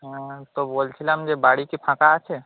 হ্যাঁ তো বলছিলাম যে বাড়ি কি ফাঁকা আছে